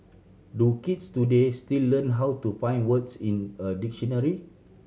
do kids today still learn how to find words in a dictionary